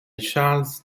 charles